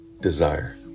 desire